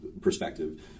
perspective